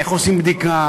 איך עושים בדיקה,